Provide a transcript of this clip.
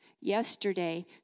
yesterday